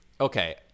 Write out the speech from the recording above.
okay